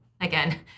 again